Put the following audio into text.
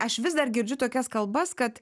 aš vis dar girdžiu tokias kalbas kad